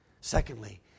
Secondly